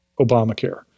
Obamacare